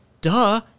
Duh